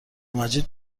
مجید